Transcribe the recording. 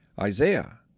Isaiah